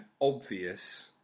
obvious